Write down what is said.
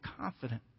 confident